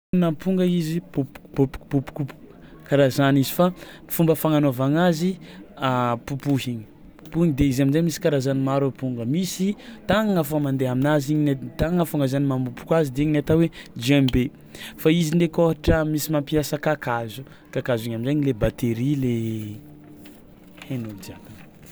Amponga izy popokopopokopopoko karaha zany izy fa fomba fagnanaovagna azy popohiny popohiny de izy amin-jay misy karazany maro amponga, misy tàgnana fao mandeha aminazy igny na- tàgnana foagna zany mamopoko azy de igny ny atao hoe djembé fa izy ndraiky koa ôhatra misy mampiasa kakazo, kakazo igny am'zay le batery le hain'olo jiaby.